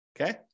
Okay